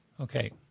Okay